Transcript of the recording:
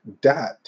dot